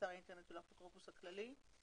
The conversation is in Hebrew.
באתר האינטרנט של האפוטרופוס הכללי.